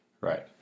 Right